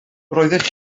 roeddech